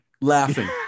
laughing